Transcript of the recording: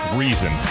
reason